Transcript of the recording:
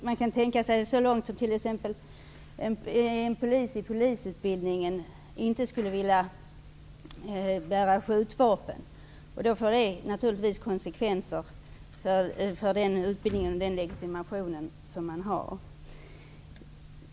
Man kan tänka sig att t.ex. en polis i polisutbildning inte skulle vilja bära skjutvapen. Det skulle naturligtvis få konsekvenser för den typen av utbildning och legitimation.